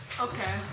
Okay